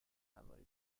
lavori